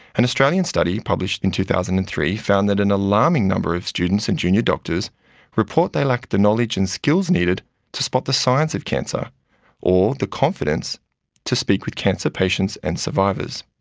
an australian study published in two thousand and three found that an alarming number of students and junior doctors report they lack the knowledge and skills needed to spot the signs of cancer or the confidence to speak with cancer patients and survivors.